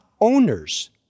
owners